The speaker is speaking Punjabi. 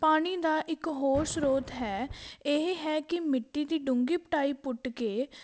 ਪਾਣੀ ਦਾ ਇੱਕ ਹੋਰ ਸਰੋਤ ਹੈ ਇਹ ਹੈ ਕਿ ਮਿੱਟੀ ਦੀ ਡੂੰਘੀ ਪਟਾਈ ਪੁੱਟ ਕੇ